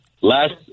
Last